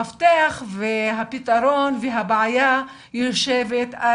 הפתרון לבעיה יושב על